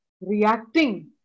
reacting